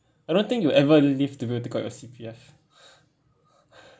I don't think you ever live to be able to take out your C_P_F